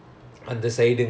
mm